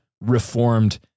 reformed